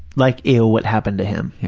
like, ew, what happened to him?